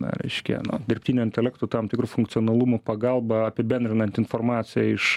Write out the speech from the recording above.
na reiškia nu dirbtinio intelekto tam tikru funkcionalumu pagalba apibendrinant informaciją iš